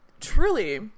truly